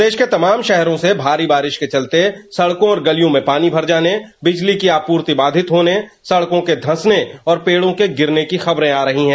प्रदेश के तमाम शहरों में भारी बारिश के चलते सड़कों और गलियों में पानी भर जाने से जिली की आपूर्ति बाधित होने सड़कों के धंसने और पेड़ों के गिरने की खबरे आ रही है